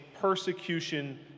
persecution